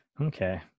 okay